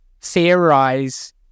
theorize